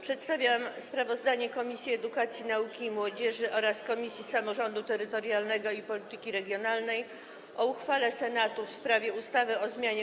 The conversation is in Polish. Przedstawiam sprawozdanie Komisji Edukacji, Nauki i Młodzieży oraz Komisji Samorządu Terytorialnego i Polityki Regionalnej o uchwale Senatu w sprawie ustawy o zmianie